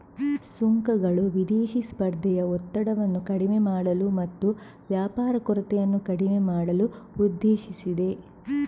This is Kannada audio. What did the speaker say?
ಸುಂಕಗಳು ವಿದೇಶಿ ಸ್ಪರ್ಧೆಯ ಒತ್ತಡವನ್ನು ಕಡಿಮೆ ಮಾಡಲು ಮತ್ತು ವ್ಯಾಪಾರ ಕೊರತೆಯನ್ನು ಕಡಿಮೆ ಮಾಡಲು ಉದ್ದೇಶಿಸಿದೆ